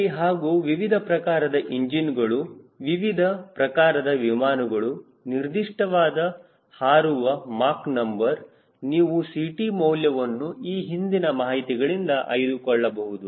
ಅಲ್ಲಿ ಹಾಗೂ ವಿವಿಧ ಪ್ರಕಾರದ ಇಂಜಿನ್ಗಳು ವಿವಿಧ ಪ್ರಕಾರದ ವಿಮಾನಗಳು ನಿರ್ದಿಷ್ಟವಾದ ಹಾರುವ ಮಾಕ್ ನಂಬರ್ ನೀವು Ct ಮೌಲ್ಯವನ್ನು ಈ ಹಿಂದಿನ ಮಾಹಿತಿಗಳಿಂದ ಆಯ್ದುಕೊಳ್ಳಬಹುದು